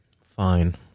Fine